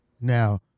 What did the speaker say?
Now